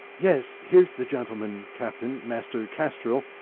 yes here's the gentleman, captain, master kastril,